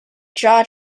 jaw